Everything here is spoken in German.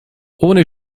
ohne